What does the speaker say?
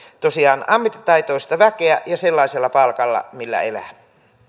tosiaan ammattitaitoista väkeä ja sellaisella palkalla millä elää